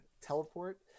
teleport